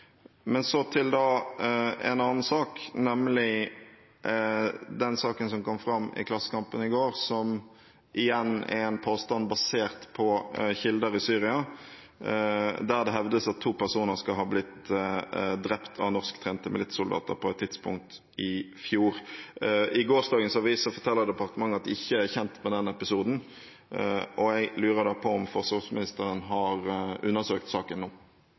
Men så til en annen sak, nemlig den saken som kom fram i Klassekampen i går, som igjen er en påstand basert på kilder i Syria, der det hevdes at to personer skal ha blitt drept av norsktrente militssoldater på et tidspunkt i fjor. I gårsdagens avis forteller departementet at de ikke er kjent med den episoden, og jeg lurer da på om forsvarsministeren har undersøkt saken nå.